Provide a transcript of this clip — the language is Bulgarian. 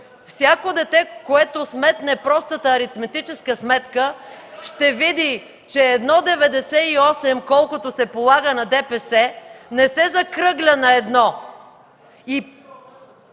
Всяко дете, което сметне простата аритметическа сметка, ще види, че 1,98 – колкото се полага на ДПС, не се закръгля на 1